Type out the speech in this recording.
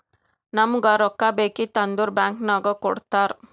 ನಮುಗ್ ರೊಕ್ಕಾ ಬೇಕಿತ್ತು ಅಂದುರ್ ಬ್ಯಾಂಕ್ ನಾಗ್ ಕೊಡ್ತಾರ್